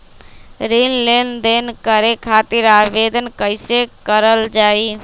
ऋण लेनदेन करे खातीर आवेदन कइसे करल जाई?